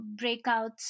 breakouts